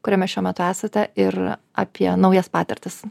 kuriame šiuo metu esate ir apie naujas patirtis